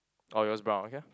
or yours brown okay